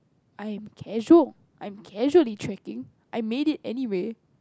I am casual I'm casually tracking I make it anyway